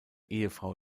ehefrau